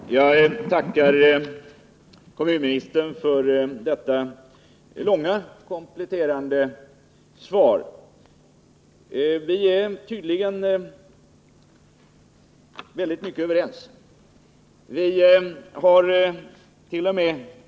Herr talman! Jag tackar kommunministern för det långa och kompletterande svaret. Vi är tydligen i väldigt hög grad överens. Vi hart.o.m.